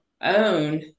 own